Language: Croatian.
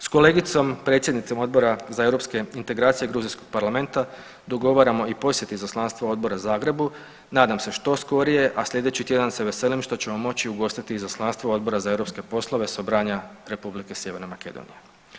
S kolegicom predsjednicom Odbora za europske integracije gruzijskog parlamenta dogovaramo i posjet izaslanstva odbra Zagrebu, nadam se što skorije, a sljedeći tjedan se veselim što ćemo moći ugostiti Izaslanstvo Odbora za europske poslove Sobranja Republike Sjeverne Makedonije.